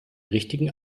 richtigen